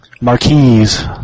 Marquise